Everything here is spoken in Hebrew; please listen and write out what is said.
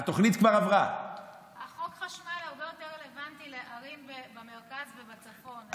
חוק החשמל הרבה יותר רלוונטי לערים במרכז ובצפון.